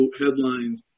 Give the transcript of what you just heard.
headlines